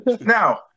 Now